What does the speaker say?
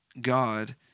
God